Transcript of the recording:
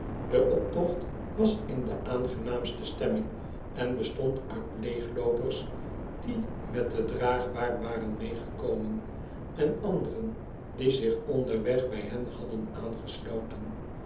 de optocht was in de aangenaamste stemming en bestond uit leegloopers die met de draagbaar waren meegekomen en anderen die zich onderweg bij hen hadden aangesloten